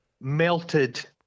Melted